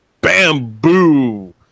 bamboo